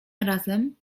razem